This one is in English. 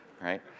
right